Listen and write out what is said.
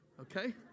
okay